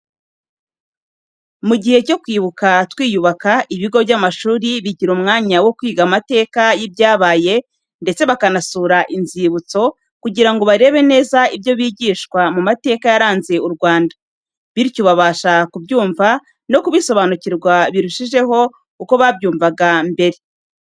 Mu gihe cyo kwibuka twiyubaka, ibigo by'amashuri bigira umwanya wo kwiga amateka y'ibyabaye ndetse bakanasura inzibutso, kugira ngo barebe neza ibyo bigishwa mu mateka yaranze u Rwanda. Bityo babasha kubyumva no kubisobanukirwa birushijeho uko babyumvaga mbere.